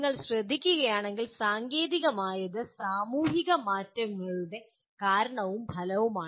നിങ്ങൾ ശ്രദ്ധിക്കുകയാണെങ്കിൽ സാങ്കേതികമായത് സാമൂഹിക മാറ്റങ്ങളുടെ കാരണവും ഫലവുമാണ്